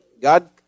god